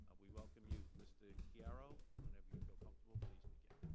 we welcome you, mr. chiaro. whenever you feel comfortable, please begin.